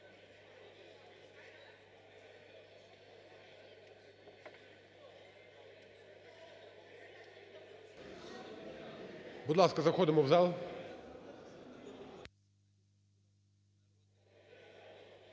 Будь ласка, заходимо в зал.